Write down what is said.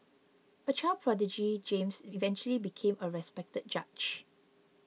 a child prodigy James eventually became a respected judge